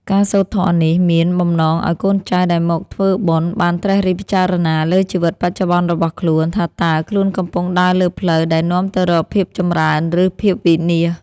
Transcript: ការសូត្រធម៌នេះមានបំណងឱ្យកូនចៅដែលមកធ្វើបុណ្យ បានត្រិះរិះពិចារណាលើជីវិតបច្ចុប្បន្នរបស់ខ្លួន ថាតើខ្លួនកំពុងដើរលើផ្លូវដែលនាំទៅរកភាពចម្រើន ឬភាពវិនាស។